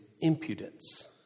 impudence